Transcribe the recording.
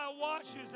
watches